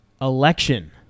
Election